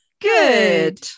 Good